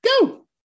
go